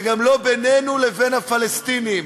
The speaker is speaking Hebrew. וגם לא בינינו לבין הפלסטינים.